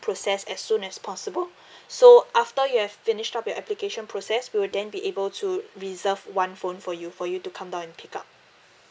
process as soon as possible so after you have finished up your application process we'll then be able to reserve one phone for you for you to come down and pick up